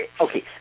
okay